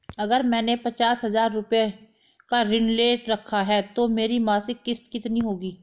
अगर मैंने पचास हज़ार रूपये का ऋण ले रखा है तो मेरी मासिक किश्त कितनी होगी?